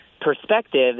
perspective